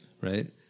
right